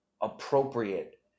appropriate